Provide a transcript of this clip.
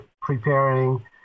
preparing